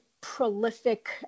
prolific